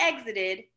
exited